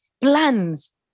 Plans